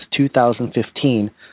2015